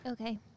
Okay